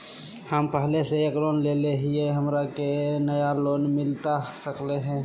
हमे पहले से एक लोन लेले हियई, हमरा के नया लोन मिलता सकले हई?